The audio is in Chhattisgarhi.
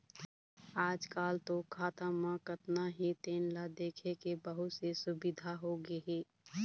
आजकाल तो खाता म कतना हे तेन ल देखे के बहुत से सुबिधा होगे हे